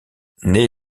née